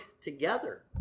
together